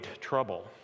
trouble